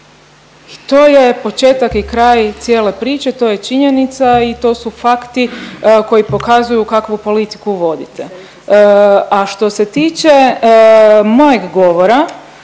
to je početak i kraj cijele priče, to je činjenica i to su fakti koji pokazuju kakvu politiku vodite. A što se tiče mojeg govora